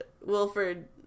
Wilfred